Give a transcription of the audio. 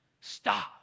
stop